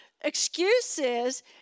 excuses